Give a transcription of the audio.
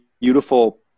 beautiful